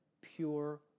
pure